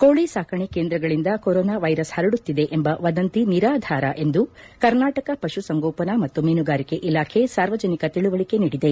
ಕೋಳಿ ಸಾಕಣೆ ಕೇಂದ್ರಗಳಿಂದ ಕೊರೊನಾ ವೈರಸ್ ಹರಡುತ್ತಿದೆ ಎಂಬ ವದಂತಿ ನಿರಾಧಾರ ಎಂದು ಕರ್ನಾಟಕ ಪಶು ಸಂಗೋಪನಾ ಮತ್ತು ಮೀನುಗಾರಿಕೆ ಇಲಾಖೆ ಸಾರ್ವಜನಿಕ ತಿಳುವಳಿಕೆ ನೀಡಿದೆ